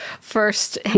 first